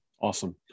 Awesome